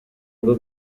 bwo